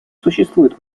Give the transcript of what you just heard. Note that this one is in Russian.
существует